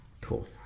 Cool